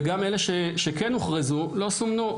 וגם אלה שכן הוכרזו לא סומנו,